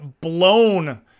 blown